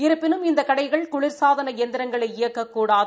இருப்பினும் இந்த கடைகள் குளிர்சாதன எந்திரங்களை இயக்கக்கூடாது